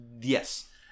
Yes